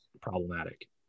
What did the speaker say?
problematic